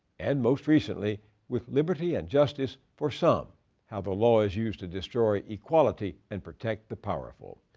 and most recently with liberty and justice for some how the law is used to destroy equality and protect the powerful.